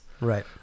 right